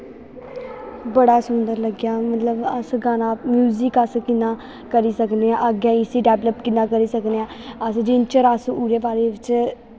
बड़ा सुन्दर लग्गेआ मतलब अस गाना म्यूजिक अस कि'यां कि'यां अस करी सकने आं अग्गें अस डैवलप इस्सी कि'यां करी सकने आं अस जि'यां ओह्दे बाद बिच्च